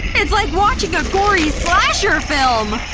it's like watching a gory slasher film!